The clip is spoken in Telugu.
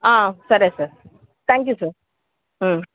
సరే సార్ థ్యాంక్ యూ సార్